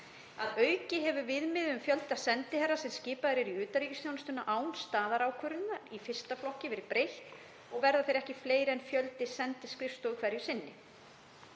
Að auki hefur viðmiði um fjölda sendiherra sem skipaðir eru í utanríkisþjónustuna án staðarákvörðunar í 1. flokki verið breytt og verða þeir ekki fleiri en fjöldi sendiskrifstofa hverju sinni.